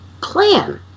plan